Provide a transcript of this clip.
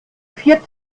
vier